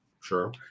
sure